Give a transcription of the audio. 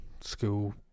school